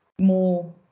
more